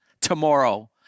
tomorrow